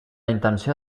intenció